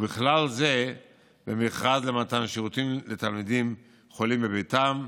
ובכלל זה במכרז למתן שירותים לתלמידים חולים בביתם,